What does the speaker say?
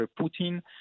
Putin